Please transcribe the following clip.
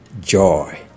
joy